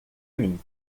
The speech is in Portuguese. mim